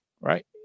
right